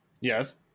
Yes